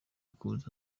kuza